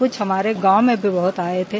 कुछ हमारे गांव में भी बहुत आये थे